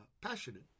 passionate